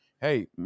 Hey